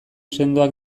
sendoak